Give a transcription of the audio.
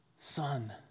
son